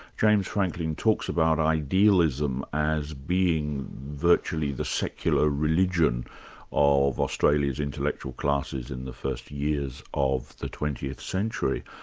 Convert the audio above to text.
james franklin talks about idealism as being virtually the secular religion of australia's intellectual classes in the first years of the twentieth century.